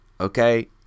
okay